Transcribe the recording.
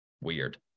weird